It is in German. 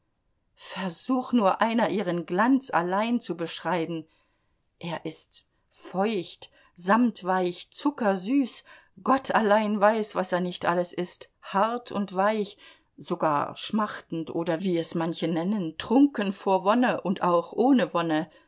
versuch nur einer ihren glanz allein zu beschreiben er ist feucht samtweich zuckersüß gott allein weiß was er nicht alles ist hart und weich sogar schmachtend oder wie es manche nennen trunken vor wonne und auch ohne wonne